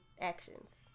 actions